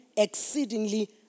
exceedingly